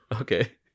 Okay